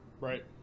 right